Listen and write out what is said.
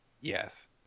Yes